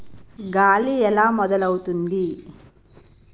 గాలి ఎలా మొదలవుతుంది?